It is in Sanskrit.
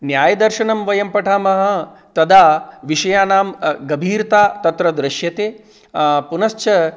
न्यायदर्शनं वयं पठामः तदा विषयाणां गभीरता तत्र दृश्यते पुनश्च